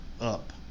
up